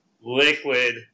liquid